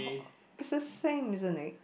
is the same isn't it